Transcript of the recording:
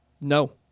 No